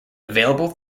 available